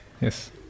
Yes